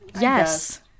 Yes